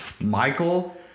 Michael